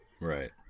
Right